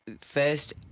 First